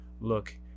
look